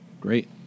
Great